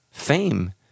Fame